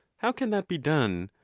how can that be done,